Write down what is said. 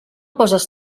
poses